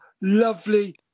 lovely